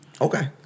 Okay